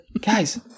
guys